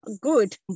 good